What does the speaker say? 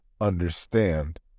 understand